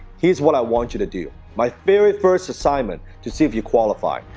here's what i want you to do. my very first assignment, to see if you qualify,